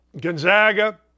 Gonzaga